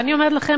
ואני אומרת לכם,